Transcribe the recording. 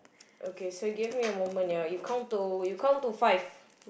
okay so give me a moment ya you count to you count to five